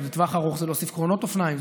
אז לטווח ארוך זה להוסיף קרונות אופניים.